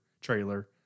trailer